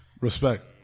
Respect